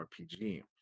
RPG